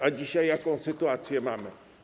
A dzisiaj jaką sytuację mamy?